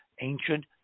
ancient